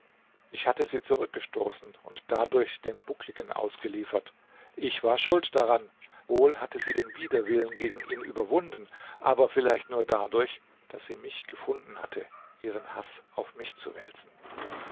ich hatte sie zurückgestoßen und dadurch dem buckligen ausgeliefert ich war schuld daran wohl hatte sie den widerwillen gegen ihn überwunden aber vielleicht nur dadurch daß sie mich gefunden hatte ihren haß auf mich zu wälzen